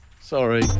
Sorry